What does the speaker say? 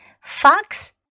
Fox